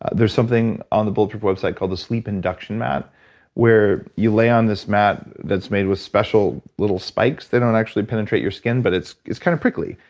there's something on the bulletproof website called a sleep induction mat where you lay on this mat that's made with special little spikes, they don't actually penetrate your skin but it's it's kind of prickly.